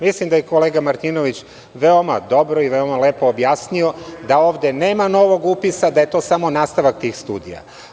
Mislim da je kolega Martinović veoma dobro i veoma lepo objasnio da ovde nema novog upisa, da je to samo nastavak tih studija.